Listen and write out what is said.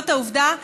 זאת עובדה.